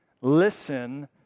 Listen